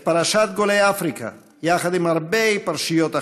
את פרשת גולי אפריקה, יחד עם הרבה פרשיות אחרות,